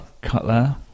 Cutler